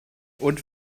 und